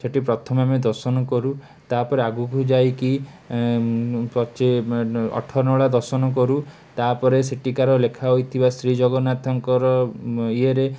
ସେଇଠି ପ୍ରଥମେ ଆମେ ଦର୍ଶନକରୁ ତାପରେ ଆଗକୁ ଯାଇକି ଅଠରନଳା ଦର୍ଶନକରୁ ତାପରେ ସେଠିକାର ଲେଖାହୋଇଥିବା ଶ୍ରୀଜଗନ୍ନାଥଙ୍କର ଇଏରେ